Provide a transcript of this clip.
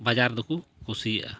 ᱵᱟᱡᱟᱨ ᱫᱚᱠᱚ ᱠᱩᱥᱤᱭᱟᱜᱼᱟ